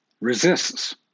resists